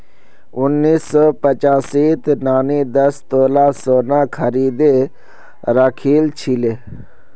उन्नीस सौ पचासीत नानी दस तोला सोना खरीदे राखिल छिले